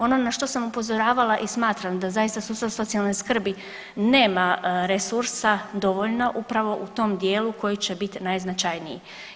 Ono na što sam upozoravala i smatram da zaista sustav socijalne skrbi nema resursa dovoljno upravo u tom dijelu koji će bit najznačajniji.